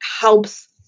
helps